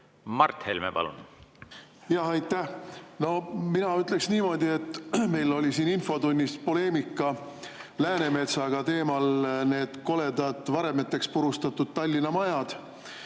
Mart Helme, palun! Aitäh! Mina ütleksin niimoodi. Meil oli siin infotunnis poleemika Läänemetsaga nende koledate, varemeteks purustatud Tallinna majade